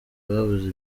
babuze